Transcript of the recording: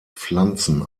pflanzen